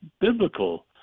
biblical